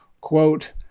quote